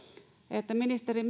että ministeri